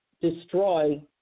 destroy